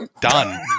done